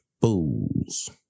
fools